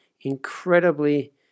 incredibly